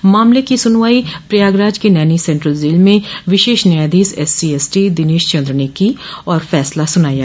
इस मामले की सुनवाई प्रयागराज के नैनी सेन्ट्रल जेल में विशेष न्यायाधीश एससीएसटी दिनेश चन्द्र ने की और फैसला सुनाया